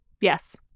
Yes